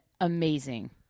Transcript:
amazing